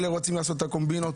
אלה רוצים לעשות את הקומבינות?